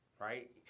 right